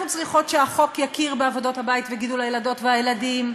אנחנו צריכות שהחוק יכיר בעבודות הבית וגידול הילדות והילדים,